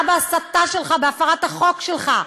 אתה, בהסתה שלך, בהפרת החוק שלך,